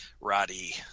Roddy